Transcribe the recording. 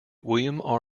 william